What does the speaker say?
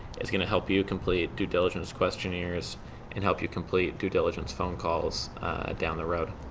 it s going to help you complete due diligence questionnaires and help you complete due diligence phone calls down the road.